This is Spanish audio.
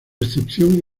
excepción